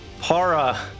Para